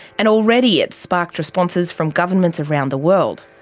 and already it's sparked responses from governments around the world.